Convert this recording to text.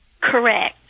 Correct